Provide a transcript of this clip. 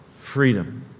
freedom